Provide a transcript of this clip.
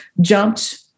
jumped